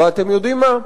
ואתם יודעים מה?